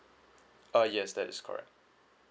uh yes that is correct